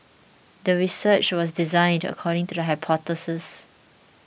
the research was designed according to the hypothesis